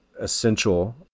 essential